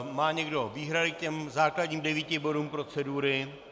Má někdo výhrady k těm základním devíti bodům procedury?